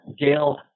Gail